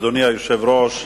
אדוני היושב-ראש,